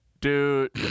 dude